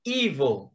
evil